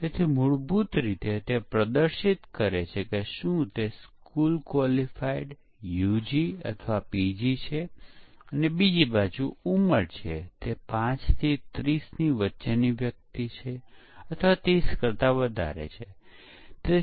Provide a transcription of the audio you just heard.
તેથી તે એક સરળ પ્રકારનું પરીક્ષણ છે જ્યાં પ્રોગ્રામર ઇનપુટ આપે છે અને પછી આઉટપુટ નિરીક્ષણ કરે છે જો પ્રોગ્રામ અપેક્ષા મુજબ વર્તે છે કે કેમ